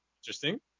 interesting